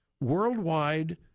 worldwide